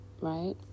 right